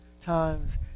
times